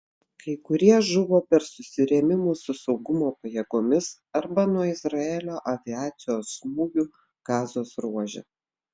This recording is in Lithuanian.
kai kurie žuvo per susirėmimus su saugumo pajėgomis arba nuo izraelio aviacijos smūgių gazos ruože